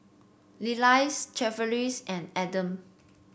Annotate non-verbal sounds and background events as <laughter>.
Lillia <unintelligible> Tavares and Adam